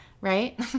Right